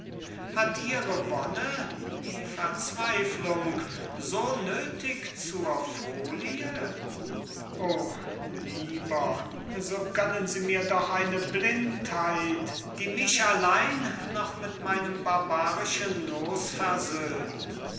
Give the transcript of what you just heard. hat ihre wonne die verzweiflung so nöthig zur folie o lieber so gönnen sie mir doch eine blindheit die mich allein noch mit meinem barbarischen loos